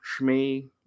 Shmi